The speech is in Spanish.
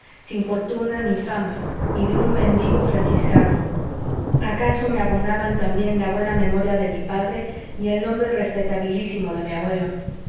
sin fortuna ni fama y de un mendigo franciscano acaso me abonaban también la buena memoria de mi padre y el nombre respetabilísimo de mi abuelo